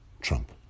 Trump